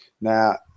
Now